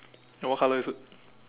ya what colour is it